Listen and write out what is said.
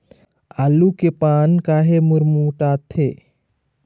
आलू के पान काहे गुरमुटाथे?